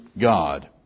God